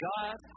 God